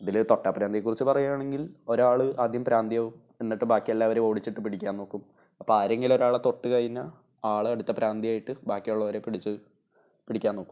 ഇതില് തൊട്ടാ പ്രാന്തിയെ കുറിച്ച് പറയുകയാണെങ്കിൽ ഒരാൾ ആദ്യം പ്രാന്തിയാവും എന്നിട്ട് ബാക്കി എല്ലാവരെയും ഓടിച്ചിട്ട് പിടിക്കാൻ നോക്കും അപ്പോള് ആരെങ്കിലും ഒരാളെ തൊട്ടു കഴിഞ്ഞാല് ആള് അടുത്ത പ്രാന്തി ആയിട്ട് ബാക്കിയുള്ളവരെ പിടിക്കാൻ നോക്കും